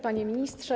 Panie Ministrze!